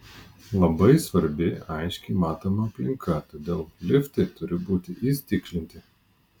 labai svarbi aiškiai matoma aplinka todėl liftai turi būti įstiklinti